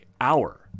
hour